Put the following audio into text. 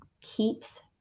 keeps